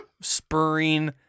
spurring